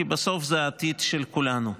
כי בסוף זה העתיד של כולנו,